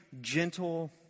gentle